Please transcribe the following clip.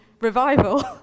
revival